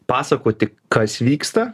pasakoti kas vyksta